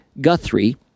Guthrie